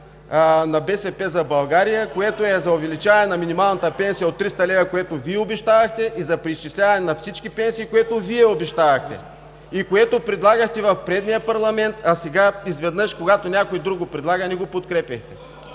на „БСП за България“, което е за увеличаване на минималната пенсия от 300 лв., което Вие обещавахте, и за преизчисляване на всички пенсии, което Вие обещавахте, и което предлагахте в предния парламент, а сега изведнъж, когато някой друг го предлага, не го подкрепяте?